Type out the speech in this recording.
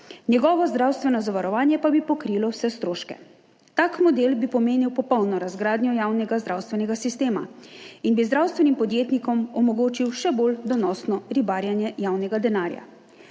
njegovo zdravstveno zavarovanje pa bi pokrilo vse stroške. Tak model bi pomenil popolno razgradnjo javnega zdravstvenega sistema in bi zdravstvenim podjetnikom omogočil še bolj donosno ribarjenje javnega denarja.